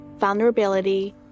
vulnerability